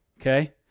okay